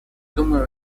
думаю